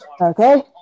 Okay